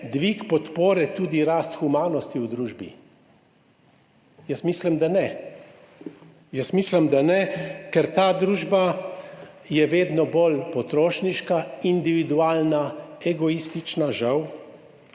dvig podpore tudi rast humanosti v družbi. Jaz mislim, da ne, ker je ta družba vedno bolj potrošniška, individualna, egoistična, žal,